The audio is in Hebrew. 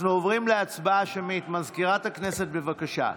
אנחנו עוברים להצבעה שמית, מזכירת הכנסת, בבקשה.